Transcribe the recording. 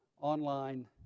online